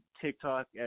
TikTok